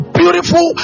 beautiful